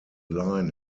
line